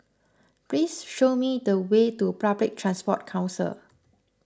please show me the way to Public Transport Council